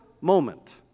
moment